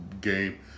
game